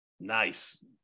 Nice